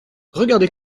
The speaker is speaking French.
regardez